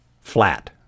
Flat